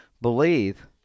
believe